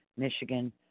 Michigan